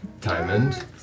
diamond